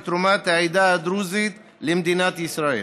ולציון תרומת העדה הדרוזית למדינת ישראל.